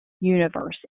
universe